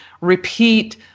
repeat